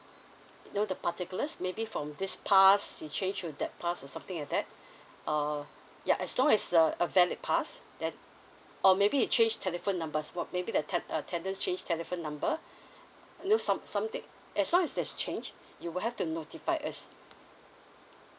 know the particulars maybe from this pass you change to that pass or something like that err ya as long as a a valid pass then or maybe you change telephone numbers wa~ maybe the te~ uh tenant change telephone number know some something as long as there's change you will have to notify us